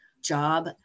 job